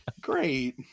great